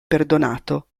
perdonato